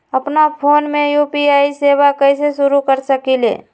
अपना फ़ोन मे यू.पी.आई सेवा कईसे शुरू कर सकीले?